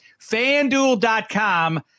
FanDuel.com